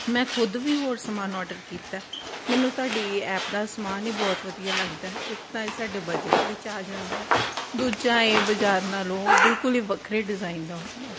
ਮੈਂ ਖੁਦ ਵੀ ਹੋਰ ਸਮਾਨ ਔਡਰ ਕੀਤਾ ਮੈਨੂੰ ਤੁਹਾਡੀ ਐਪ ਦਾ ਸਮਾਨ ਹੀ ਬਹੁਤ ਵਧੀਆ ਲੱਗਦਾ ਇੱਕ ਤਾਂ ਇਹ ਸਾਡੇ ਬਜਟ ਵਿੱਚ ਆ ਜਾਂਦਾ ਦੂਜਾ ਇਹ ਬਾਜ਼ਾਰ ਨਾਲੋਂ ਬਿਲਕੁਲ ਹੀ ਵੱਖਰੇ ਡਿਜ਼ਾਇਨ ਦਾ ਹੁੰਦਾ